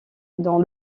dans